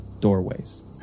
doorways